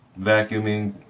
vacuuming